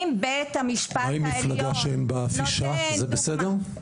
האם מפלגה שאין בה אף אישה זה בסדר?